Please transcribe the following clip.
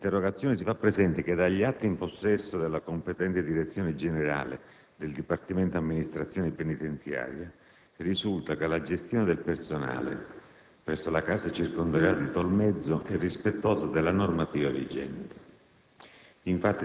all'interrogazione si fa presente che, dagli atti in possesso della competente direzione generale del Dipartimento amministrazione penitenziaria, risulta che la gestione del personale, presso la Casa circondariale di Tolmezzo, è rispettosa della normativa vigente.